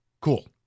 Cool